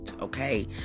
Okay